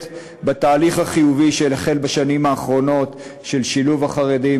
בתהליך החיובי שהחל בשנים האחרונות של שילוב החרדים